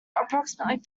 approximately